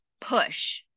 push